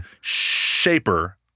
Shaper